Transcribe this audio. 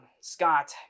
scott